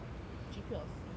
G_P was C I think